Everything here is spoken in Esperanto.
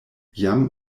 jam